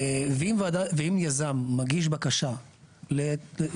ואם יזם מגיש בקשה לתוכנית.